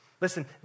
Listen